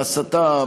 בהסתה,